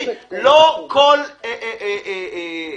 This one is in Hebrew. לא כל רגולציה,